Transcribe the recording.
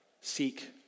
seek